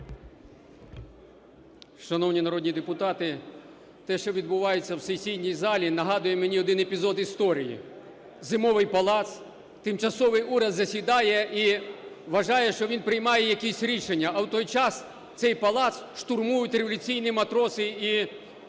Шановні народні депутати, те, що відбувається в сесійній залі, нагадує мені один епізод історії. Зимовий палац, Тимчасовий уряд засідає і вважає, що він приймає якісь рішення, а в той час цей палац штурмують революційні матроси і солдати.